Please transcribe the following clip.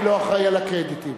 אני לא אחראי לקרדיטים,